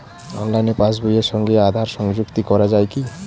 অনলাইনে পাশ বইয়ের সঙ্গে আধার সংযুক্তি করা যায় কি?